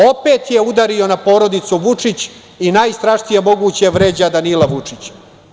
Opet je udario na porodicu Vučić i najstrašnije moguće vređa Danila Vučića.